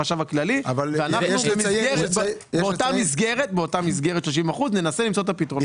החשב הכללי ואנחנו ננסה למצוא את הפתרונות.